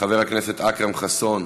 חבר הכנסת אכרם חסון,